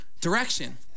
Direction